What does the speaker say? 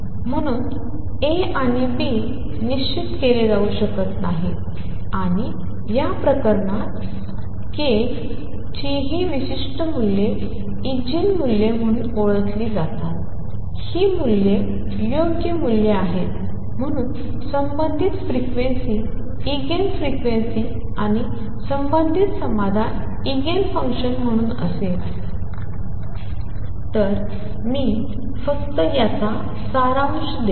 म्हणून A आणि B निश्चित केले जाऊ शकत नाही आणि या प्रकरणात k ची ही विशिष्ट मूल्ये इगेन मूल्ये म्हणून ओळखली जातात ही योग्य मूल्ये आहेत म्हणून संबंधित फ्रिक्वेन्सी इगेन फ्रिक्वेन्सी आणि संबंधित समाधान इगेन फंक्शन म्हणून असेल तर मी फक्त याचा सारांश देतो